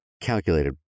calculated